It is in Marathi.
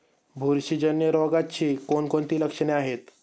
बुरशीजन्य रोगाची कोणकोणती लक्षणे आहेत?